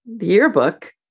yearbook